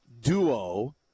duo